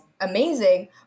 amazing